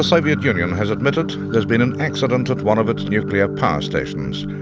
soviet union has admitted there's been an accident at one of its nuclear power stations.